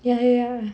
ya ya ya